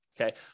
Okay